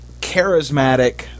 charismatic